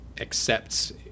accepts